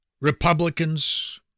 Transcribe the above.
republicans